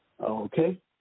Okay